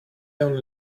only